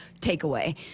takeaway